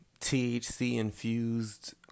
THC-infused